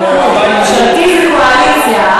הליכוד, ממשלתי זה קואליציה.